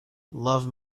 love